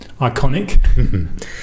iconic